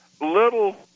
little